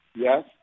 Yes